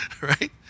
right